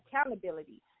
accountability